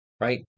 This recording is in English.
Right